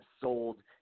sold